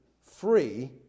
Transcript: free